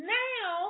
now